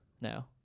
no